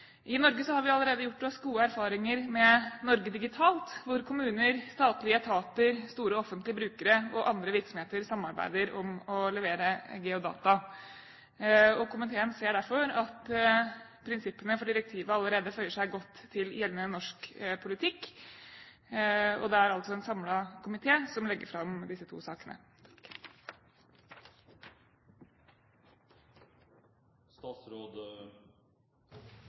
I Norge har vi allerede gjort oss gode erfaringer med Norge digitalt, hvor kommuner, statlige etater, store offentlige brukere og andre virksomheter samarbeider om å levere geodata, og komiteen ser derfor at prinsippene for direktivet allerede føyer seg godt til gjeldende norsk politikk. Det er altså en samlet komité som legger fram disse to sakene.